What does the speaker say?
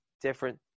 different